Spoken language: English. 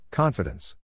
Confidence